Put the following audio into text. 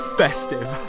festive